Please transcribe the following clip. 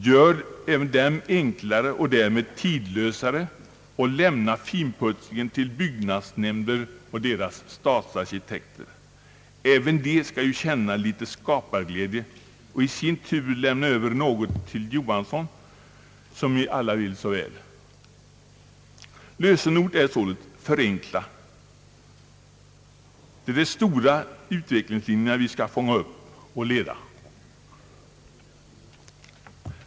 Gör även dem enklare och därmed tidlösare och lämna finputsningen till byggnadsnämnder och deras stadsarkitekter! Även de skall ju känna litet skaparglädje och i sin tur lämna över något till Johansson, som vi alla vill så väl. Lösenordet är således: förenkla. Det är de stora utvecklingslinjerna vi skall fånga upp och leda.